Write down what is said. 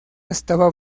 estaba